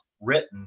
written